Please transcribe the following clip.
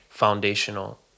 Foundational